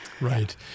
Right